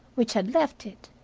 which had left it,